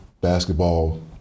basketball